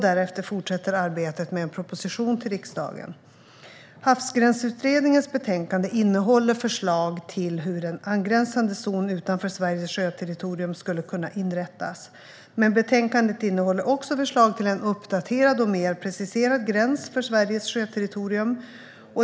Därefter fortsätter arbetet med en proposition till riksdagen. Havsgränsutredningens betänkande innehåller förslag till hur en angränsande zon utanför Sveriges sjöterritorium skulle kunna inrättas. Men betänkandet innehåller också förslag till en uppdaterad och mer preciserad gräns för Sveriges sjöterritorium.